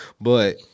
But-